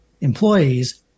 employees